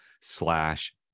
slash